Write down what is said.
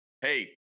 Hey